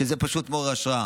וזה פשוט מעורר השראה.